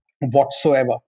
whatsoever